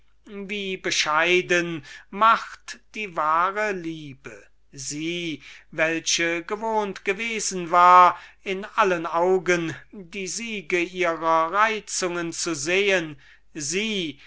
können wie bescheiden macht die wahre liebe sie welche gewohnt gewesen war in allen augen die würkungen ihres alles besiegenden reizes zu sehen sie